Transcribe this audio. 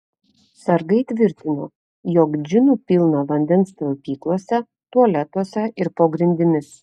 sargai tvirtino jog džinų pilna vandens talpyklose tualetuose ir po grindimis